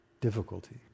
difficulty